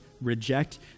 reject